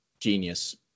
genius